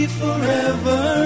forever